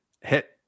hit